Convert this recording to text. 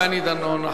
דני דנון,